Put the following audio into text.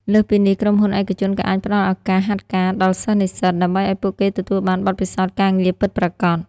លើសពីនេះ ក្រុមហ៊ុនឯកជនក៏អាចផ្តល់ឱកាស ហាត់ការ ដល់សិស្សនិស្សិត ដើម្បីឱ្យពួកគេទទួលបានបទពិសោធន៍ការងារពិតប្រាកដ។